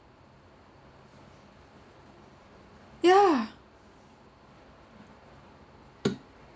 yeah